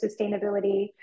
sustainability